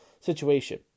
situation